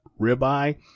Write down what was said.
ribeye